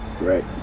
Right